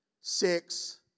six